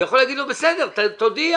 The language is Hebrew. הוא יכול להגיד לו: בסדר, תודיע.